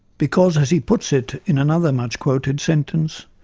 because, as he puts it in another much quoted sentence,